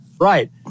Right